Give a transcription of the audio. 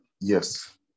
yes